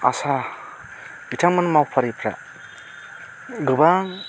आसा बिथांमोन मावफारिफ्रा गोबां